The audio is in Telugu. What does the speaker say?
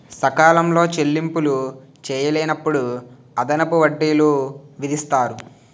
సకాలంలో చెల్లింపులు చేయలేనప్పుడు అదనపు వడ్డీలు విధిస్తారు